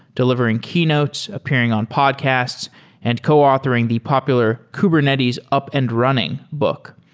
delivering keynotes, appearing on podcasts and co-authoring the popular kubernetes up and running book.